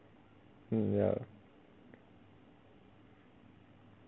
mm ya